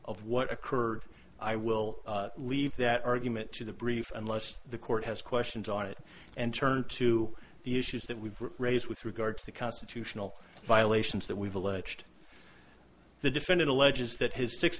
of what occurred i will leave that argument to the brief unless the court has questions on it and turn to the issues that we raise with regard to the constitutional violations that we've alleged the defendant alleges that his six